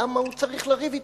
למה הוא צריך לריב אתו?